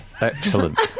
Excellent